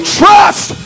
trust